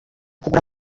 kugura